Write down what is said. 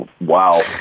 Wow